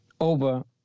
over